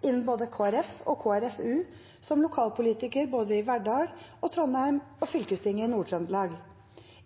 innen både KrF og KrFU, som lokalpolitiker både i Verdal og Trondheim og i fylkestinget i Nord-Trøndelag.